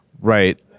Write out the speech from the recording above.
Right